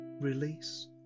release